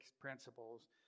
principles